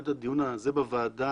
עד הדיון הזה בוועדה,